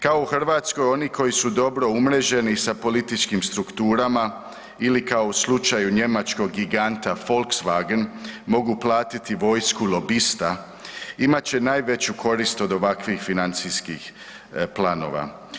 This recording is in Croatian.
Kao u Hrvatskoj oni koji su dobro umreženi sa političkim strukturama ili kao u slučaju njemačkog giganta Wolkswagen mogu platiti vojsku lobista, imat će najveću korist od ovakvih financijskih planova.